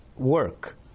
Work